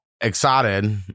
excited